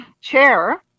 chair